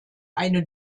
eine